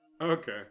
Okay